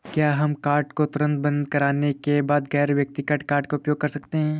क्या हम कार्ड को तुरंत बंद करने के बाद गैर व्यक्तिगत कार्ड का उपयोग कर सकते हैं?